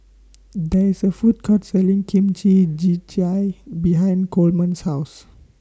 There IS A Food Court Selling Kimchi Jjigae behind Coleman's House